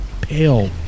pale